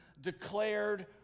declared